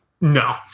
No